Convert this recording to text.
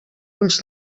ulls